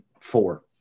four